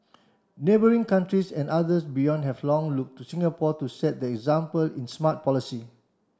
neighbouring countries and others beyond have long looked to Singapore to set the example in smart policy